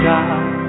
God